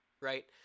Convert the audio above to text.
right